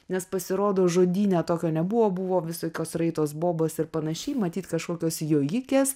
nes pasirodo žodyne tokio nebuvo buvo visokios raitos bobos ir panašiai matyt kažkokios jojikės